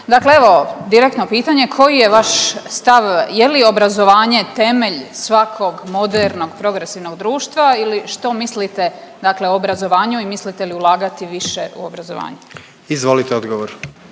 Dakle, evo direktno pitanje koji je vaš stav je li obrazovanje temelj svakog modernog, progresivnog društva ili što mislite dakle o obrazovanju i mislite li ulagati više u obrazovanje? **Jandroković,